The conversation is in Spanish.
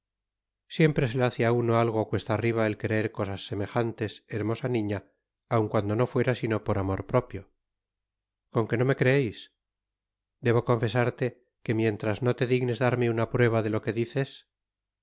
siempre se le hace á uno algo cuesta arriba el creer cosas semejantes hermosa niña aun cuando no fuera sino por amor propio con qué no me creeis debo confesarte que mientras no te dignes darme una prueba de lo que dices